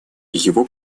его